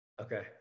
Okay